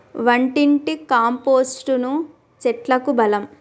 వంటింటి కంపోస్టును చెట్లకు బలం